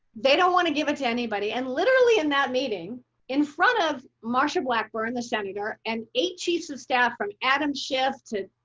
they don't want to give it to anybody and literally in that meeting in front of marsha blackburn the seminar and a chiefs of staff from adam shift to,